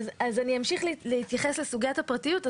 אמשיך להתייחס לסוגיית הפרטיות.